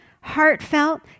heartfelt